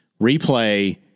replay